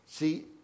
See